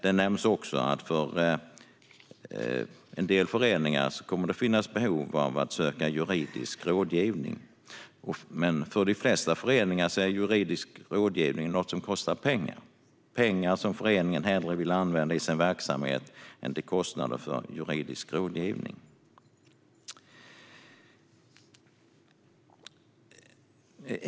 Det nämns också att det för en del föreningar kommer att finnas behov av att söka juridisk rådgivning. För de flesta föreningar kostar juridisk rådgivning pengar, pengar som föreningarna hellre vill använda i sin verksamhet än till kostnader för juridisk rådgivning.